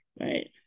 Right